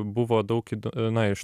buvo daug įd na iš